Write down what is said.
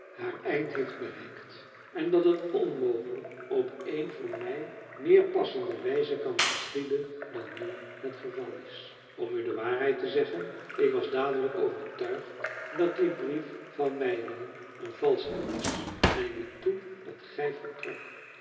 haar eind heeft bereikt en dat het onmogelijk op een voor mij meer passende wijze kan geschieden dan nu het geval is om u de waarheid te zeggen ik was dadelijk overtuigd dat die brief van meiringen een valstrik was en liet toe dat gij vertrokt